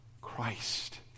Christ